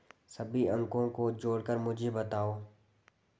सभी अंकों को जोड़कर मुझे बताओ